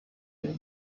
day